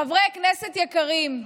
חברי כנסת יקרים,